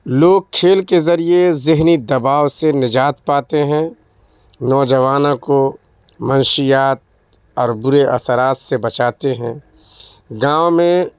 لوگ کھیل کے ذریعے ذہنی دباؤ سے نجات پاتے ہیں نوجوانوں کو منشیات اور برے اثرات سے بچاتے ہیں گاؤں میں